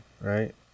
right